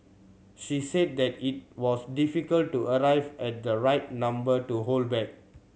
she said that it was difficult to arrive at the right number to hold back